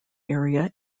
area